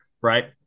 Right